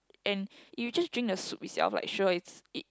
and you just drink the soup itself like sure it's it